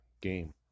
game